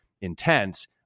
intense